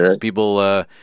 people